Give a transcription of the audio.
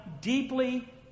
deeply